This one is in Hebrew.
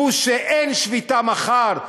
"פוש" שאין שביתה מחר,